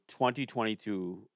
2022